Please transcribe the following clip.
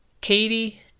katie